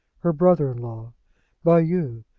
her brother-in-law by you,